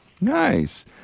Nice